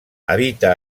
habita